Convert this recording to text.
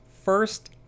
first